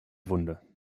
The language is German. wunde